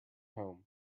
home